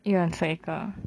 一人吃一个